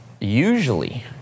usually